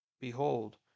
Behold